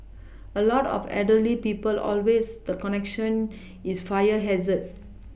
a lot of elderly people always the connection is fire hazard